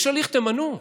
יש הליך, תמנו.